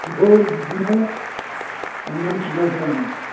बेखौ नोंथाङा अननानै खिन्थाहरदो आंनो